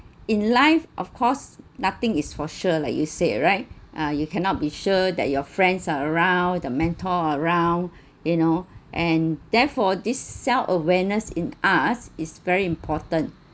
in life of course nothing is for sure like you said right uh you cannot be sure that your friends are around the mentor around you know and therefore this self awareness in us is very important